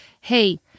Hey